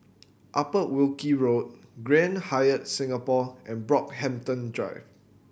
Upper Wilkie Road Grand Hyatt Singapore and Brockhampton Drive